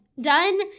done